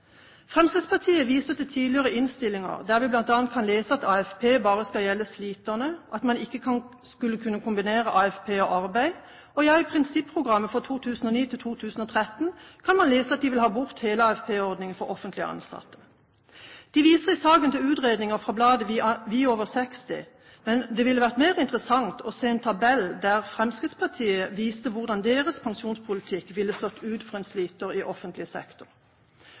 Fremskrittspartiet viser til tidligere innstillinger, der vi bl.a. kan lese at AFP bare skal gjelde sliterne, at man ikke skal kunne kombinere AFP og arbeid, ja, i prinsipprogrammet for 2009–2013 kan man lese at de vil ha bort hele AFP-ordningen for offentlig ansatte. De viser i saken til utredninger fra bladet «Vi over 60», men det ville ha vært mer interessant å se en tabell der Fremskrittspartiet viste hvordan deres pensjonspolitikk ville slått ut for en sliter i offentlig sektor.